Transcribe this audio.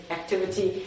activity